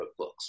cookbooks